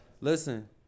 Listen